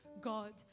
God